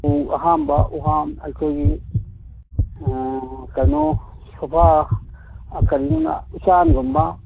ꯎ ꯑꯍꯥꯝꯕ ꯎꯍꯥꯝ ꯑꯩꯈꯣꯏꯒꯤ ꯀꯩꯅꯣ ꯁꯣꯐꯥ ꯀꯔꯤꯅꯣꯅꯦ ꯎꯆꯥꯟꯒꯨꯝꯕ